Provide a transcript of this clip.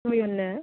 नयननो